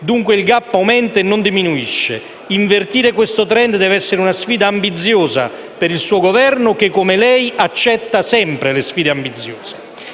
dunque il *gap* aumenta e non diminuisce. Invertire questo *trend* deve essere una sfida ambiziosa per il suo Governo che, come lei, accetta sempre le sfide ambiziose.